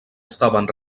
estaven